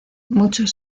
muchos